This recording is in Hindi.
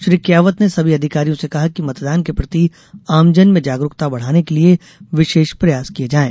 श्री कियावत ने सभी अधिकारियों से कहा कि मतदान के प्रति आमजन में जागरूकता बढ़ाने के लिये विशेष प्रयास किये जाएं